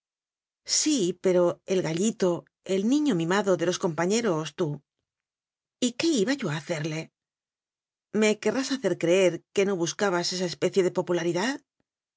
sí pero el gallito el niño mimado de los compañeros tú y qué iba yo a hacerle me querrás hacer creer que no buscabas esa especie de popularidad